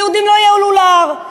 היהודים לא יעלו להר.